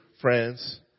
friends